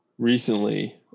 Recently